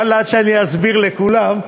ואללה, עד שאסביר לכולם,